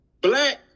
black